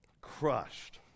Crushed